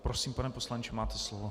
Prosím, pane poslanče, máte slovo.